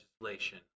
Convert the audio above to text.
legislation